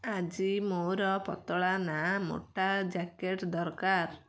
ଆଜି ମୋର ପତଳା ନା ମୋଟା ଜ୍ୟାକେଟ୍ ଦରକାର